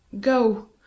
Go